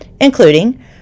including